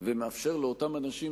ומאפשר לאותם אנשים,